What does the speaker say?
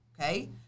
Okay